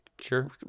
sure